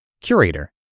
Curator